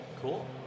Cool